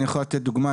אני יכול לתת דוגמה,